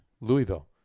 Louisville